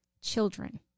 children